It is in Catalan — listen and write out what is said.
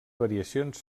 variacions